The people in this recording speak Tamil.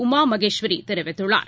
உமாமகேஸ்வரிதெரிவித்துள்ளார்